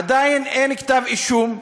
עדיין אין כתב אישום,